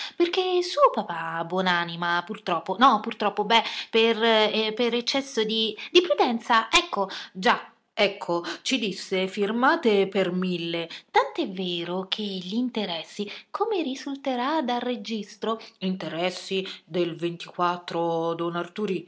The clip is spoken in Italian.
suo papà buon'anima purtroppo no purtroppo per per eccesso di di prudenza ecco già ecco ci disse firmate per mille e tant'è vero che gli interessi come risulterà dal registro interessi del ventiquattro don